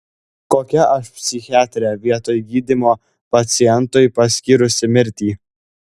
kokia aš psichiatrė vietoj gydymo pacientui paskyrusi mirtį